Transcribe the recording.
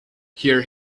here